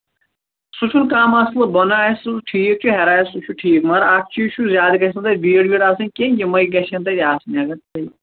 سُہ چھُ نہٕ کانٛہہ مسلہٕ بۅنہٕ آسہِ سُہ ٹھیٖک یا ہیٚرٕ آسہِ سُہ ٹھیٖک مَگر اکھ چیٖز چھُ زیادٕ گژھِ نہٕ تتہِ بیٖڈ آسٕنۍ کیٚنٛہہ یِمے گژھن تَتہِ آسٕنۍ اگر تۅہہِ